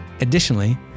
Additionally